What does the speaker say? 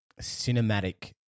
cinematic